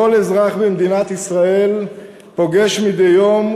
כל אזרח במדינת ישראל פוגש מדי יום,